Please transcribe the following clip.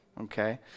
okay